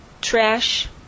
trash